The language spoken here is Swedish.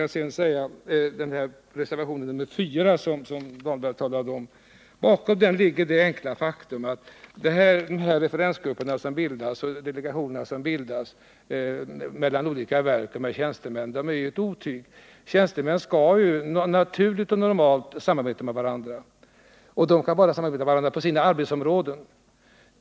Bakom reservationen 4, som Rolf Dahlberg talade om, ligger det enkla faktum att de referensgrupper och delegationer som bildas mellan olika verk och deras tjänstemän är ett otyg. Tjänstemän skall ju naturligt och normalt samarbeta med varandra, och de kan bara samarbeta med varandra på sina arbetsområden.